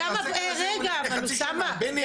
הסקר הזה הוא לפני חצי שנה, בני.